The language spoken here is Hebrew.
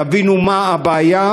תבינו מה הבעיה,